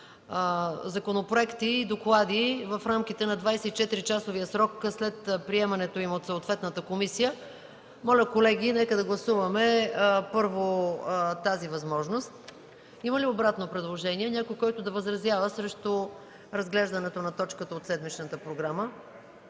законопроекти и доклади в рамките на 24 часовия срок след приемането им от съответната комисия, моля, колеги, нека да гласуваме първо тази възможност. Има ли обратно предложение или някой, който да възразява срещу разглеждането на точката от седмичната програма?